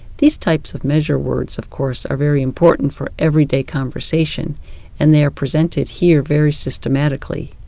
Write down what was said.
these types of measure words of course are very important for everyday conversation and they are presented here very systematically.